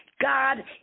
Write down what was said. God